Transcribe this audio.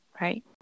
right